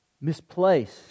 misplaced